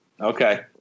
Okay